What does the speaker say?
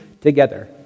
together